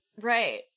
Right